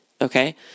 Okay